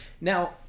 now